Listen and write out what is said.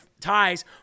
ties